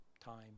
time